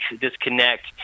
disconnect